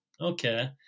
okay